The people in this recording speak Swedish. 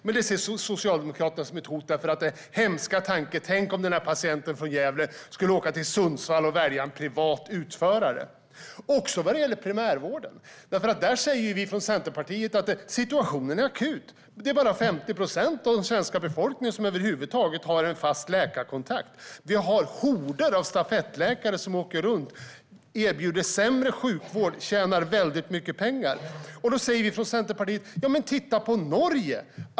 Men det ser Socialdemokraterna som ett hot, och deras hemska tanke är: Tänk om patienten från Gävle skulle åka till Sundsvall och välja en privat utförare! Det gäller också primärvården. Där säger vi från Centerpartiet att situationen är akut. Det är bara 50 procent av den svenska befolkningen som över huvud taget har en fast läkarkontakt. Det finns horder av stafettläkare som åker runt i landet. De erbjuder sämre sjukvård och tjänar väldigt mycket pengar. Då säger vi från Centerpartiet: Titta på Norge!